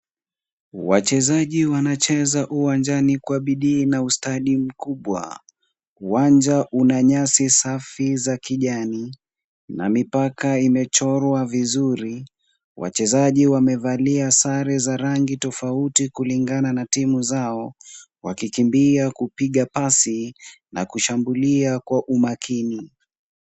Wachezaji wanacheza uwanjani kwa bidii na ustadi mkubwa. Uwanja una nyasi safi za kijani na mipaka imechorwa vizuri. Wachezaji wamevalia sare za rangi tofauti kulingana na timu zao, wakikimbia kupiga pasi na kushambulia kwa umakini.